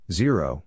zero